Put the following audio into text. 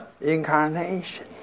incarnation